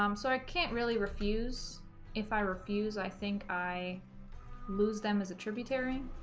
um so i can't really refuse if i refuse i think i lose them as a tributary